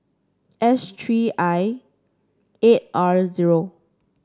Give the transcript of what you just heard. S three I eight R zero